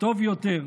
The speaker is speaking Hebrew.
טוב יותר.